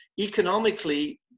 economically